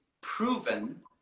proven